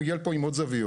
מגיע לפה עם עוד זוויות.